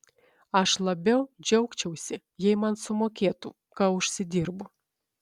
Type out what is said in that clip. aš labiau džiaugčiausi jei man sumokėtų ką užsidirbu